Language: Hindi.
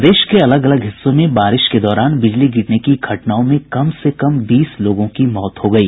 प्रदेश के अलग अलग हिस्सों में बारिश के दौरान बिजली गिरने की घटनाओं में कम से कम बीस लोगों की मौत हो गयी